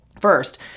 First